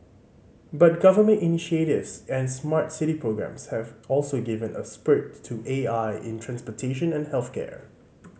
but government initiatives and smart city programs have also given a spurt to A I in transportation and health care